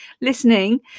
listening